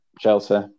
Chelsea